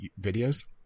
videos